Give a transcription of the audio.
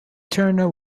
turner